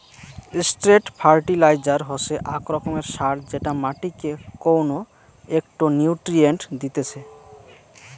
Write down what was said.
straight fertiliser হসে আক রকমের সার যেটা মাটিকে কউনো একটো নিউট্রিয়েন্ট দিতেছে